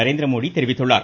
நரேந்திரமோடி தெரிவித்துள்ளார்